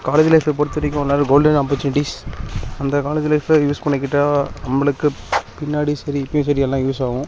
college லைஃப்பை பொறுத்த வரைக்கும் one of the golden opportunities அந்த காலேஜ் லைஃப்பை யூஸ் பண்ணிக்கிட்டால் நம்மளுக்கு பின்னாடியும் சரி இப்போயும் சரி எல்லாம் யூஸ் ஆகும்